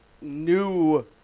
new